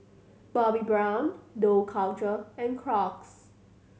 Bobbi Brown Dough Culture and Crocs